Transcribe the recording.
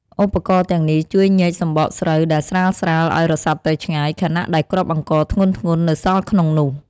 ឧបករណ៍ទាំងនេះជួយញែកសម្បកស្រូវដែលស្រាលៗឱ្យរសាត់ទៅឆ្ងាយ ខណៈដែលគ្រាប់អង្ករធ្ងន់ៗនៅសល់ក្នុងនោះ។